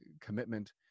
commitment